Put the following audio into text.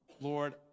Lord